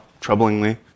troublingly